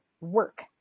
work